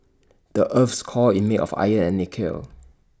the Earth's core is made of iron and nickel